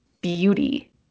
beauty